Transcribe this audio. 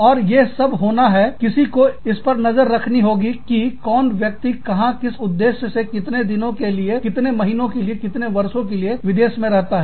और ये सब होना है किसी को इस पर नजर रखनी होगी कि कौन व्यक्ति कहां किस उद्देश्य से कितने दिनों के लिए कितने महीनों के लिए कितने वर्षों के लिए विदेश में रहता है